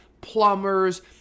plumbers